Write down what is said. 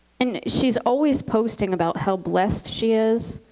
and she's always posting about how blessed she is,